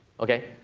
ok.